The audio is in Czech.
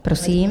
Prosím.